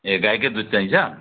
ए गाईकै दुध चाहिन्छ